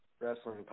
wrestling